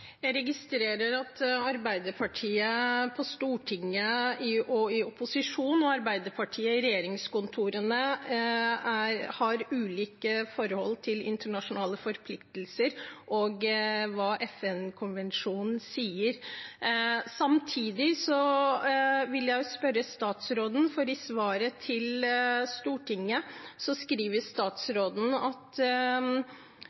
Jeg registrerer at Arbeiderpartiet på Stortinget i opposisjon og Arbeiderpartiet i regjeringskontorene har ulike forhold til internasjonale forpliktelser og hva FN-konvensjonen sier. Samtidig har jeg spørsmål til statsråden, for i svaret til Stortinget skriver